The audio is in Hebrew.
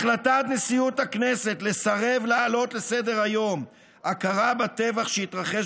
החלטת נשיאות הכנסת לסרב להעלות על סדר-היום את הכרה בטבח שהתרחש